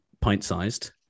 pint-sized